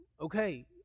okay